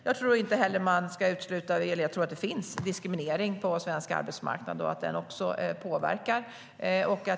Jag tror också att det finns diskriminering på svensk arbetsmarknad och att den också påverkar.